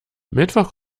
mittwoch